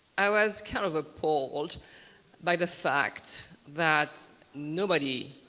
i was kind of appalled by the fact that nobody